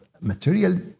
material